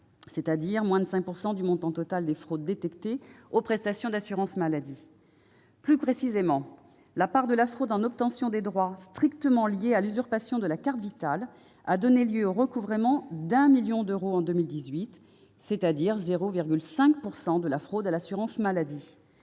représente moins de 5 % du montant total des fraudes aux prestations d'assurance maladie détectées. Plus précisément, la part de la fraude en obtention des droits strictement liée à l'usurpation de la carte Vitale a donné lieu au recouvrement d'un million d'euros en 2018, c'est-à-dire 0,5 % de la fraude à l'assurance maladie.